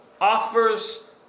offers